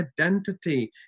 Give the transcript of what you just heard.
identity